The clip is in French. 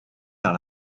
vers